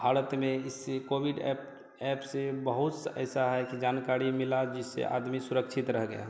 भारत में इससे Covid app app से बहुत सी ऐसी है कि जानकारी मिली जिससे आदमी सुरक्षित रह गया